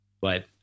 but-